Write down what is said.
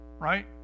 right